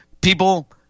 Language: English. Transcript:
people